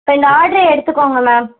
இப்போ இந்த ஆடரை எடுத்துக்கோங்க மேம்